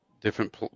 different